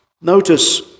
notice